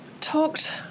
talked